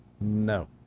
No